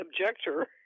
objector